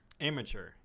Amateur